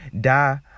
die